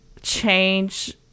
change